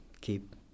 keep